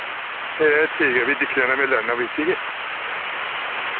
एह् ठीक ऐ फ्ही दिक्खी लैना में लैना फ्ही ठीक ऐ